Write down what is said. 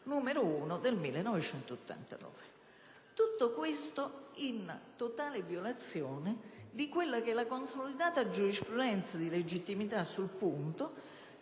n. 1 del 1989. Tutto questo in totale violazione della consolidata giurisprudenza di legittimità sul punto,